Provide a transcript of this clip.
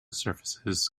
surfaces